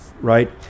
right